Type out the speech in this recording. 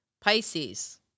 Pisces